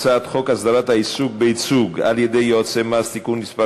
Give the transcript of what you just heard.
הצעת חוק הסדרת העיסוק בייצוג על-ידי יועצי מס (תיקון מס'